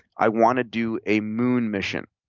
i wanna do a moon mission.